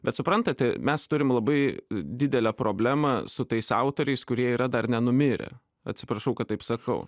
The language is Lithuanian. bet suprantate mes turim labai didelę problemą su tais autoriais kurie yra dar nenumirę atsiprašau kad taip sakau